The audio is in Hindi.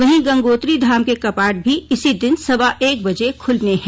वहीं गंगोत्री धाम के कपाट भी इसी दिन सवा एक बजे खुलने हैं